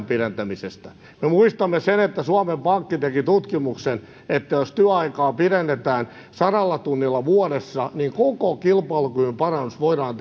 pidentämisestä muistamme sen että suomen pankki teki tutkimuksen että jos työaikaa pidennetään sadalla tunnilla vuodessa niin koko kilpailukyvyn parannus voidaan